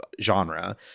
genre